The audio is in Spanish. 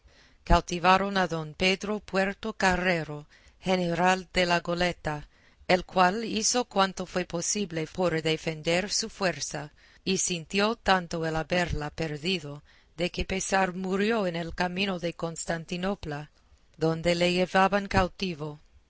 cautivaron a don pedro puertocarrero general de la goleta el cual hizo cuanto fue posible por defender su fuerza y sintió tanto el haberla perdido que de pesar murió en el camino de constantinopla donde le llevaban cautivo